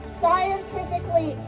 scientifically